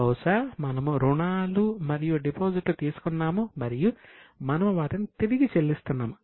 బహుశా మనము రుణాలు మరియు డిపాజిట్లు తీసుకున్నాము మరియు మనము వాటిని తిరిగి చెల్లిస్తున్నాము